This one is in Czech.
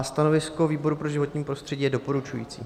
Stanovisko výboru pro životní prostředí je doporučující.